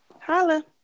Holla